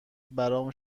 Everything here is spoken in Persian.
برام